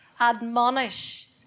Admonish